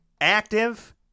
active